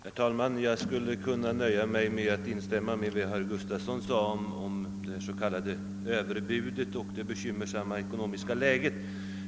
Herr talman! Jag skulle kunna nöja mig med att instämma i vad herr Gustafson i Göteborg sade om s.k. överbud i det bekymmersamma ekonomiska läget.